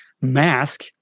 mask